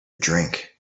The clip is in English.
drink